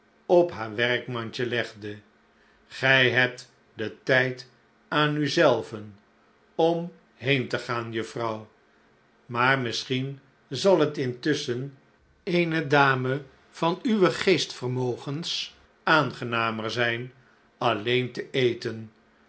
op haar werkmandje legde gij hebt den tijd aan u zelve om heen te gaan juffrouw maar misschien zal het intusschen eene dame van uwe geestvermogens aangenamer zijn alleen te eten